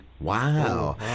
Wow